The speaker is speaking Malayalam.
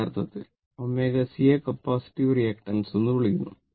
യഥാർത്ഥത്തിൽ ωC യെ കപ്പാസിറ്റീവ് റിയാക്ടൻസ് എന്ന് വിളിക്കുന്നു